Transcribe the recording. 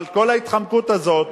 אבל כל ההתחמקות הזאת,